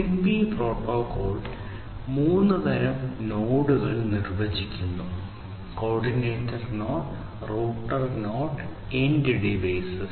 Zigbee protocol മൂന്ന് തരം നോഡുകൾ നിർവ്വചിക്കുന്നു coordinator node router node end ഡിവൈസുകൾ